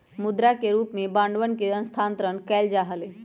मुद्रा के रूप में बांडवन के स्थानांतरण कइल जा हलय